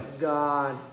God